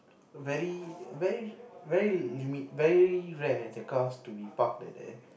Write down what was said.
very very very very rare the cars to park at there